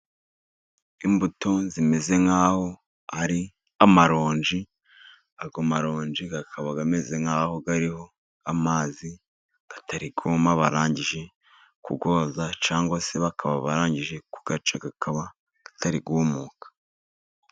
Imbuto zimeze nk'aho ari amaronji , ayo maronji akaba amezeze nk'aho ariho amazi , atari yuma . Barangije kuyoza cyangwa se bakaba barangije kuyaca , akaba atari yumuka.